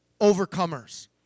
overcomers